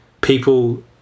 people